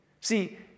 See